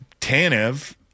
Tanev